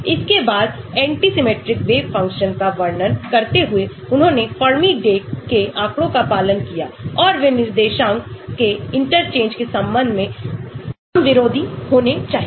इसके बाद anti symmetric wave function का वर्णन करते हुए उन्होंने फरमी डीरेक के आँकड़ों का पालन किया और वे निर्देशांक के इंटरचेंज के संबंध में सम विरोधी होने चाहिए